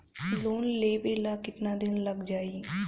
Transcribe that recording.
Loan लेबे ला कितना दिन लाग जाई?